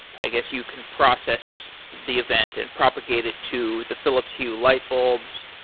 i guess you can process the event and propagate it to the phillips hue light bulbs,